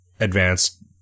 advanced